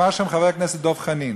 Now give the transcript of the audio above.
אמר שם חבר הכנסת דב חנין,